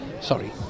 Sorry